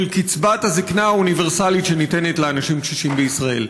קצבת הזקנה האוניברסלית שניתנת לאנשים קשישים בישראל.